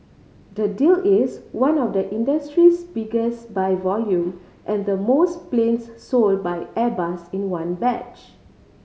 the deal is one of the industry's biggest by volume and the most planes sold by Airbus in one batch